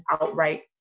outright